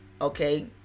Okay